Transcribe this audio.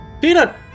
Peanut